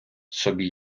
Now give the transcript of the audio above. собі